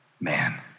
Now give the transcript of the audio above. man